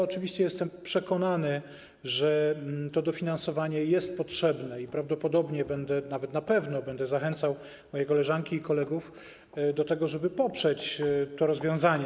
Oczywiście jestem przekonany, że to dofinansowanie jest potrzebne i prawdopodobnie, nawet na pewno będę zachęcał moje koleżanki i kolegów do tego, żeby poprzeć to rozwiązanie.